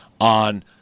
on